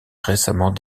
récemment